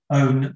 own